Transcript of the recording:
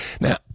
now